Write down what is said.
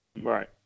Right